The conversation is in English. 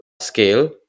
scale